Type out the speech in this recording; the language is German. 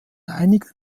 einigen